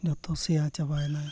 ᱡᱚᱛᱚ ᱥᱮᱭᱟ ᱪᱟᱵᱟᱭᱮᱱᱟ